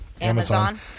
Amazon